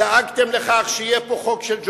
דאגתם לכך שיהיה פה חוק של ג'ובים.